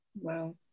Wow